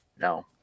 no